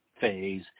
phase